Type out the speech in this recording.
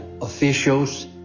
officials